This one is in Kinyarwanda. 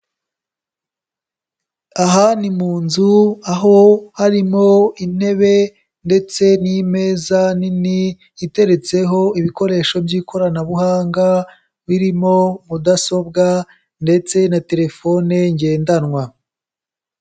Aha ni mu nzu aho harimo intebe ndetse n'imeza nini, iteretseho ibikoresho by'ikoranabuhanga, birimo mudasobwa ndetse na telefone ngendanwa.